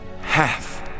Half